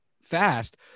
fast